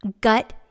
gut